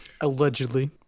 Allegedly